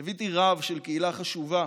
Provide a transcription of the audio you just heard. ליוויתי רב של קהילה חשובה